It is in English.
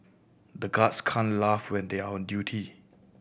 the guards can't laugh when they are on duty